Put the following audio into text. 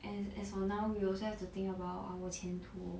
and as for now we also have to think about our 前途